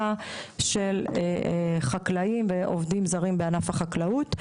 בכל תהליך ההעסקה של חקלאים ועובדים זרים בענף החקלאות.